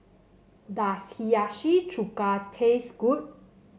does Hiyashi Chuka taste good